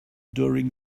during